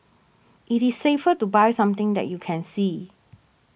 it is safer to buy something that you can see